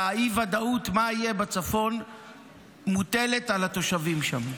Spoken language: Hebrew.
והאי-ודאות מה יהיה בצפון מוטלת על התושבים שם.